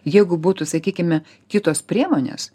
jeigu būtų sakykime kitos priemonės